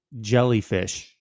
jellyfish